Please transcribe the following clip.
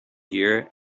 gear